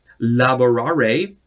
laborare